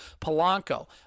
Polanco